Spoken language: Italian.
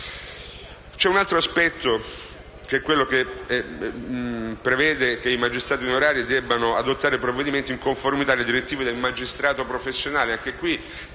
che noi sosteniamo. Si prevede poi che i magistrati onorari debbano adottare provvedimenti in conformità alle direttive del magistrato professionale.